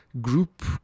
group